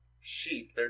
sheep